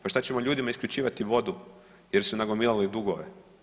Pa šta ćemo ljudima isključivati vodu jer su nagomilali dugove?